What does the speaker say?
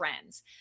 trends